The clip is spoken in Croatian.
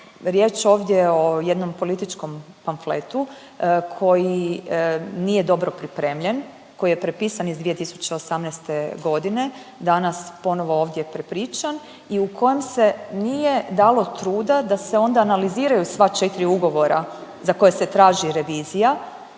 riječ ovdje o jednom političkom pamfletu koji nije dobro pripremljen, koji je prepisan iz 2018. godine, danas ponovo ovdje prepričan i u kojem se nije dalo truda da se onda analiziraju sva 4 ugovora za koje se traži revizija